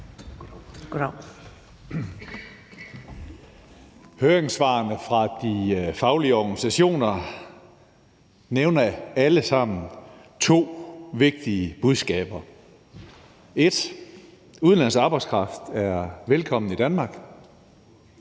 Høringssvarene fra de faglige organisationer nævner alle sammen to vigtige budskaber: For det første er udenlandsk arbejdskraft velkommen i Danmark,